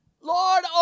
Lord